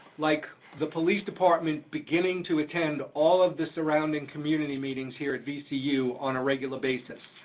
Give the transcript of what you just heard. like the police department beginning to attend all of the surrounding community meetings here at vcu on a regular basis,